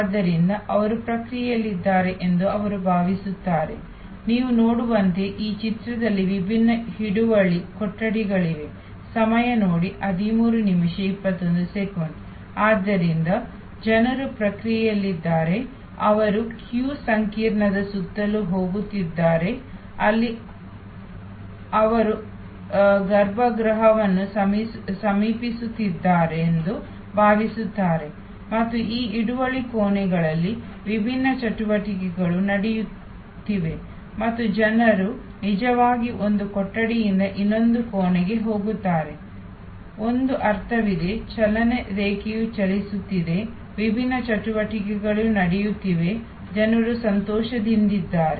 ಆದ್ದರಿಂದ ಅವರು ಪ್ರಕ್ ಆದ್ದರಿಂದ ಜನರು ಪ್ರಕ್ರಿಯೆಯಲ್ಲಿದ್ದಾರೆ ಅವರು ಈ ಸರದಿ ಸಂಕೀರ್ಣದ ಸುತ್ತಲೂ ಹೋಗುತ್ತಿದ್ದಾರೆ ಅಲ್ಲಿ ಅವರು ಗರ್ಭಗೃಹವನ್ನು ಸಮೀಪಿಸುತ್ತಿದ್ದಾರೆಂದು ಭಾವಿಸುತ್ತಾರೆ ಮತ್ತು ಈ ಕಾಯುವ ಕೊಠಡಿಗಳು ವಿಭಿನ್ನ ಚಟುವಟಿಕೆಗಳು ನಡೆಯುತ್ತಿವೆ ಮತ್ತು ಜನರು ನಿಜವಾಗಿ ಒಂದು ಕೊಠಡಿಯಿಂದ ಇನ್ನೊಂದು ಕೋಣೆಗೆ ಹೋಗುತ್ತಾರೆ ಒಂದು ಅರ್ಥವಿದೆ ಚಲನೆ ರೇಖೆಯು ಚಲಿಸುತ್ತಿದೆ ವಿಭಿನ್ನ ಚಟುವಟಿಕೆಗಳು ನಡೆಯುತ್ತಿವೆ ಜನರು ಸಂತೋಷದಿಂದಿದ್ದಾರೆ